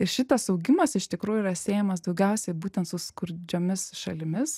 ir šitas augimas iš tikrųjų yra siejamas daugiausiai būtent su skurdžiomis šalimis